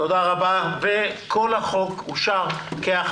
הצבעה אושרו הסעיפים אושרו.